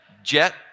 Jet